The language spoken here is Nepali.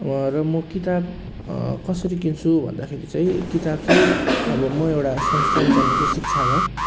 र म किताब कसरी किन्छु भन्दाखेरि चाहिँ किताब चाहिँ अब म एउटा संस्थान चलाउँछु शिक्षा घर